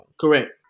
Correct